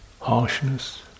harshness